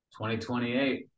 2028